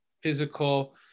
physical